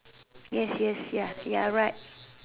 yes yes ya you're right